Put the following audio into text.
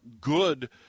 good